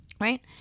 right